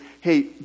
hey